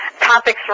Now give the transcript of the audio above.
Topics